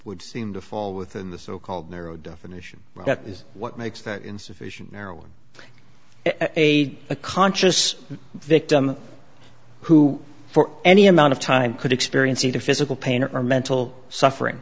would seem to fall within the so called narrow definition that is what makes that insufficient there were a a conscious victim who for any amount of time could experience either physical pain or mental suffering